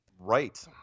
Right